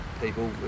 people